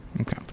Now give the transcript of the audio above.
Okay